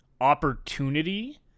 opportunity